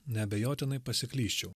neabejotinai pasiklysčiau